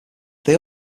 they